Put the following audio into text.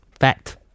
fat